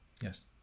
Yes